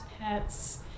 pets